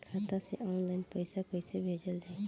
खाता से ऑनलाइन पैसा कईसे भेजल जाई?